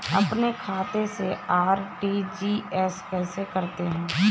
अपने खाते से आर.टी.जी.एस कैसे करते हैं?